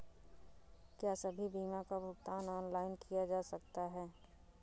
क्या सभी बीमा का भुगतान ऑनलाइन किया जा सकता है?